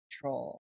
control